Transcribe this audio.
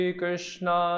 Krishna